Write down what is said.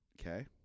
Okay